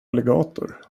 alligator